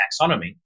taxonomy